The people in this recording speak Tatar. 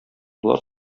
болар